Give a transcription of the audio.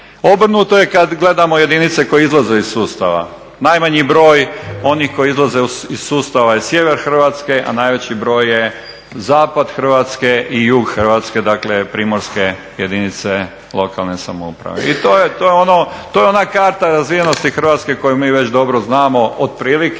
Obrnuto je kad gledamo jedinice koje izlaze iz sustava. Najmanji broj onih koji izlaze iz sustava je sjever Hrvatske, a najveći broj je zapad Hrvatske i jug Hrvatske, dakle primorske jedinice lokalne samouprave. I to je ono, to je ona karta razvijenosti Hrvatske koju mi već dobro znamo otprilike,